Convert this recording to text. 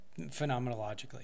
phenomenologically